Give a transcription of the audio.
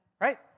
right